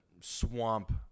Swamp